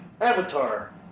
Avatar